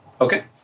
Okay